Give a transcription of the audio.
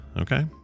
okay